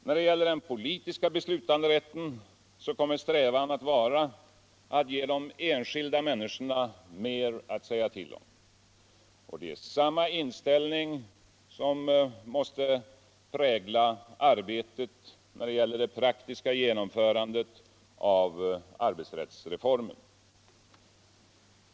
När det gäller den politiska beslutanderätten kommer vår strävan att vara att 2e de enskilda människorna mer att säga till om. Samma inställning måste prigla arbetet när det gäller det praktiska genomförandet av arbetsriättsreformen.